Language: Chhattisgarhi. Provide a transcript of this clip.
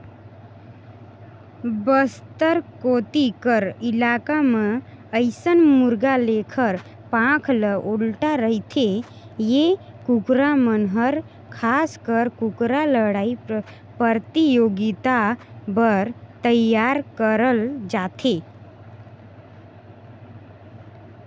बस्तर कोती कर इलाका म अइसन मुरगा लेखर पांख ह उल्टा रहिथे ए कुकरा मन हर खासकर कुकरा लड़ई परतियोगिता बर तइयार करल जाथे